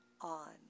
on